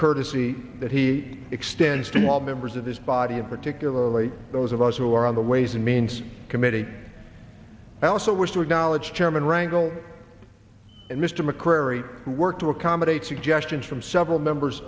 courtesy that he extends to all members of this body and particularly those of us who are on the ways and means committee i also wish to acknowledge chairman rangle and mr mccrary work to accommodate suggest tunes from several members